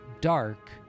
dark